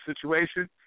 situation